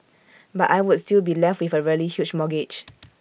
but I would still be left with A really huge mortgage